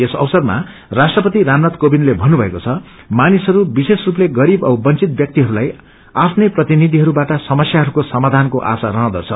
यस अवसरमा राष्ट्रपति रामनाथ कोविन्दले पन्नुषएको छ मानिसहरू विशेष स्पले गरीब औ बंचित व्याक्तिहरूलाई आफ्नै प्रतिनिधिहरूबाट समस्याहरूको समाधानको आशा रहँदछ